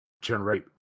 generate